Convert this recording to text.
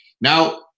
Now